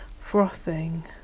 frothing